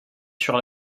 sur